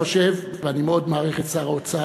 לכן, אני חושב, ואני מאוד מעריך את שר האוצר,